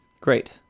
great